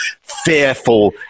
fearful